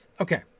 Okay